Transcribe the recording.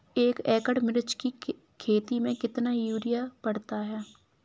एक एकड़ मिर्च की खेती में कितना यूरिया पड़ता है?